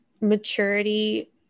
maturity